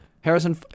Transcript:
harrison